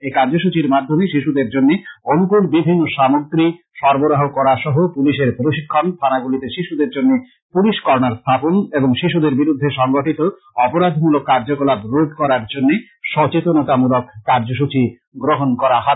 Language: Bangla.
এই কার্যসূচীর মাধ্যমে শিশুদের জন্য অনুকূল বিভিন্ন সামগ্রী সরবরাহ করা সহ পুলিশের প্রশিক্ষণ থানা গুলিতে শিশুদের জন্য পুলিশ কর্ণার স্থাপন এবং শিশুদের বিরুদ্ধে সংঘটিত অপরাধ মূলক কার্যকলাপ রোধ করার জন্য সচেতনতা মূলক কর্মসূচি গ্রহণ করা হবে